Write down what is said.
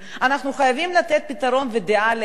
אנחנו חייבים לתת פתרון ודעה לעניין הזה.